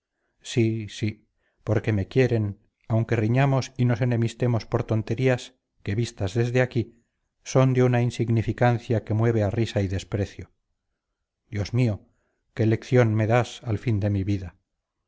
sí sí porque me quieren aunque riñamos y nos enemistemos por tonterías que vistas desde aquí son de una insignificancia que mueve a risa y desprecio dios mío qué lección me das al fin de mi vida